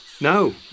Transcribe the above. No